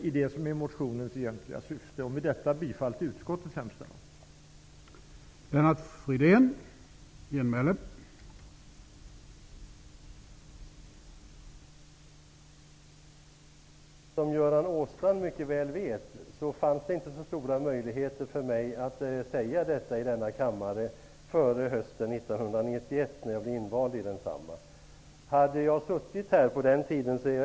Jag konstaterar bara att man bl.a. hänvisar till det som sägs från Riksantikvarieämbetets sida.